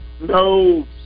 no